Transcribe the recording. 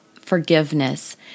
forgiveness